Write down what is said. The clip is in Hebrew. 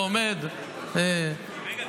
ועומד -- וסרלאוף,